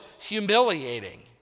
humiliating